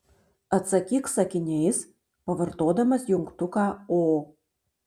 atsakyk sakiniais pavartodamas jungtuką o